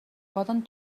poden